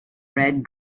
red